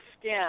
skin